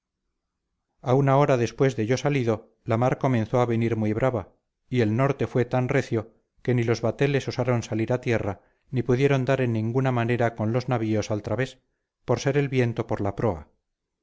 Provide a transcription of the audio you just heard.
a una hora después de yo salido la mar comenzó a venir muy brava y el norte fue tan recio que ni los bateles osaron salir a tierra ni pudieron dar en ninguna manera con los navíos al través por ser el viento por la proa